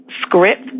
script